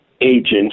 agents